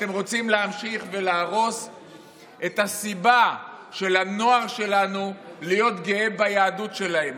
אתם רוצים להמשיך ולהרוס את הסיבה של הנוער שלנו להיות גאה ביהדות שלהם.